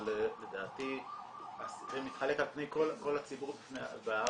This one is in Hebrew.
אבל לדעתי זה מתחלק על פני כל הציבור בארץ,